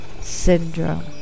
syndrome